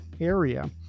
area